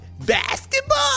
basketball